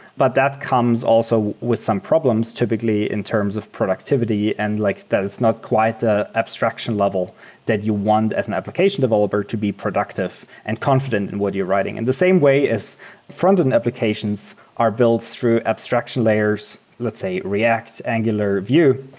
but that comes also with some problems typically in terms of productivity and like there's not quite the abstraction level that you want as an application developer to be productive and confident in what you're writing. and the same way as frontend applications are built through abstraction layers, let's say react, angular, vue.